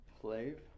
Slave